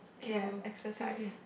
ya exercise